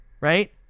Right